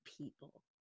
people